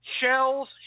Shells